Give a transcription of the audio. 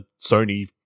Sony